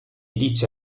dice